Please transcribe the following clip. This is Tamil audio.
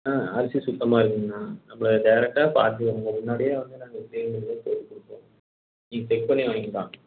அரிசி சுத்தமாக இருக்கும்ங்கண்ணா நம்ம டைரெக்ட்டா பார்த்து கொஞ்சம் முன்னாடியே வந்தீங்கன்னா நாங்கள் செய்ய வேண்டியதை செய்து கொடுப்போம் நீங்கள் செக் பண்ணி வாங்கிக்கலாம்